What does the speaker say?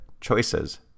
choices